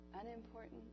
unimportant